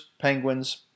Penguins